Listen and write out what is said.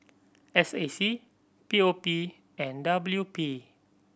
S A C P O P and W P